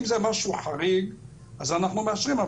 אם זה משהו חריג אז אנחנו מאשרים,